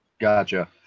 Gotcha